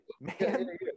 man